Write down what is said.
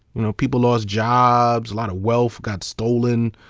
you know people lost jobs, a lot of wealth got stolen,